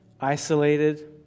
isolated